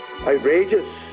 outrageous